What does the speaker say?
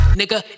nigga